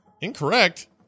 Incorrect